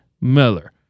Miller